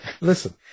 Listen